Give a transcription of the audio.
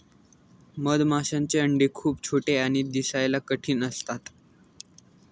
मधमाशांचे अंडे खूप छोटे आणि दिसायला कठीण असतात